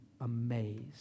amazed